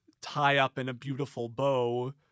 tie-up-in-a-beautiful-bow